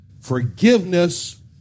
forgiveness